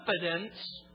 confidence